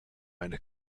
eine